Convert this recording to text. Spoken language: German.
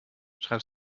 schreib